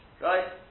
right